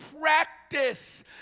practice